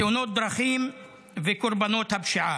תאונות דרכים וקורבנות הפשיעה,